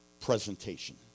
presentation